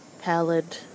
pallid